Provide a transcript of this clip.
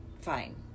Fine